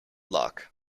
luck